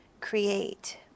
create